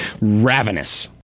ravenous